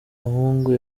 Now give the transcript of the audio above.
bahungu